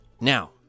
Now